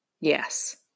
Yes